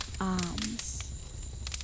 arms